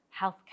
healthcare